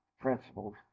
principles